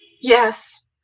Yes